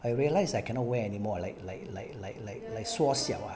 I realise I cannot wear anymore like like like like like 缩小 ah